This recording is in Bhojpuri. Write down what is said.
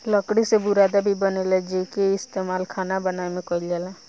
लकड़ी से बुरादा भी बनेला जेइके इस्तमाल खाना बनावे में कईल जाला